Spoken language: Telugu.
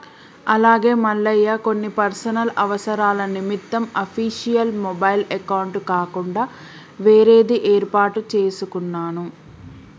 అలాగే మల్లయ్య కొన్ని పర్సనల్ అవసరాల నిమిత్తం అఫీషియల్ మొబైల్ అకౌంట్ కాకుండా వేరేది ఏర్పాటు చేసుకున్నాను